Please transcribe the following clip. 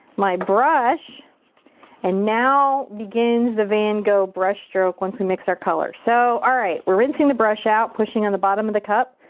my brush and now begins the van gogh brush stroke once we mix our color. so, alright. we're rinsing the brush out, pushing on the bottom of the cup.